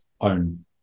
own